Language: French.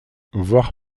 voir